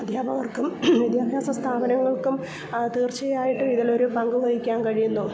അധ്യാപകർക്കും വിദ്യാഭ്യാസസ്ഥാപനങ്ങൾക്കും തീർച്ചയായിട്ടും ഇതിലൊരു പങ്ക് വഹിക്കാൻ കഴിയുന്നു